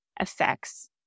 effects